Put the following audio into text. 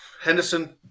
Henderson